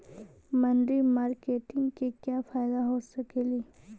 मनरी मारकेटिग से क्या फायदा हो सकेली?